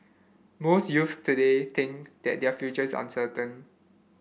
most youths today think that their futures uncertain